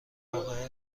واقعه